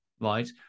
right